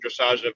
Dressage